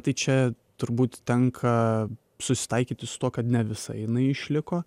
tai čia turbūt tenka susitaikyti su tuo kad ne visa jinai išliko